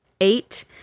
Eight